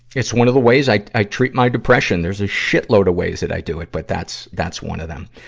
it's one of the ways i i treat my depression. there's a shitload of ways that i do it, but that's, that's one of them.